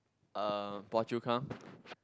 uh Phua-Chu-Kang